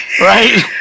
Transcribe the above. right